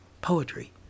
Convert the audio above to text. poetry